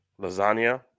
lasagna